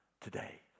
today